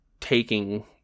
taking